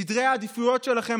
סדרי העדיפויות שלכם,